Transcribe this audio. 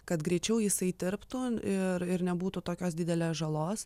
kad greičiau jisai tirptų ir ir nebūtų tokios didelės žalos